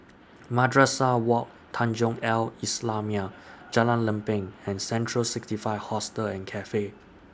Madrasah Wak Tanjong Al Islamiah Jalan Lempeng and Central sixty five Hostel and Cafe